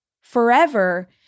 forever